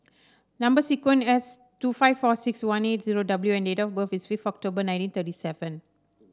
number sequence S two five four six one eight zero W and date of birth is five October nineteen thirty seven